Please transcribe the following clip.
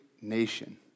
nation